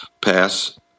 Pass